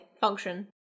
function